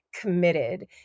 committed